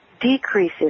decreases